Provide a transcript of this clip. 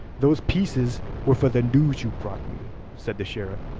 those pieces were for the news you brought me, said the sheriff.